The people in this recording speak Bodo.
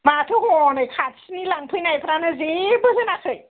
माथो हनै खाथिनि लांफैनायफ्रानो जेबो होनाखै